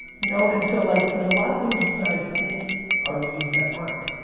you know and so like, there's a lot of things you guys think are needs that aren't.